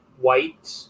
white